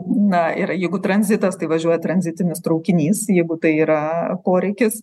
na ir jeigu tranzitas tai važiuoja tranzitinis traukinys jeigu tai yra poreikis